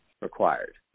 required